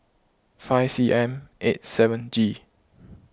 five C M eight seven G